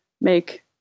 make